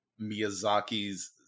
Miyazaki's